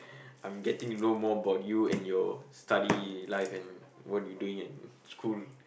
I'm getting to know more about you and your study life and what you doing in school